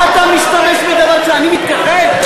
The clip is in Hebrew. מה אתה משתמש בדבר, שאני מתכחש?